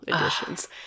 editions